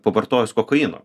pavartojus kokaino